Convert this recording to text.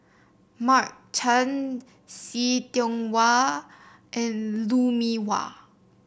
Mark Chan See Tiong Wah and Lou Mee Wah